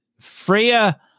Freya